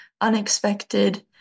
unexpected